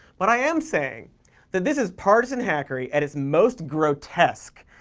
but i am saying that this is partisan hackery at its most grotesque.